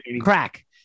Crack